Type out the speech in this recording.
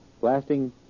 blasting